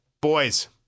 boys